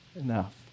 enough